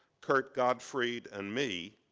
kurt gottfried, and me